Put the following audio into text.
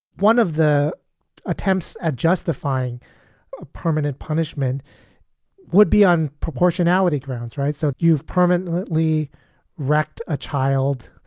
one of the attempts at justifying permanent punishment would be on proportionality grounds, right. so you've permanently wrecked a child.